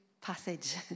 passage